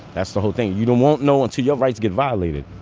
that's the whole thing. you don't, won't know until your rights get violated.